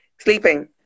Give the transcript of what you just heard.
sleeping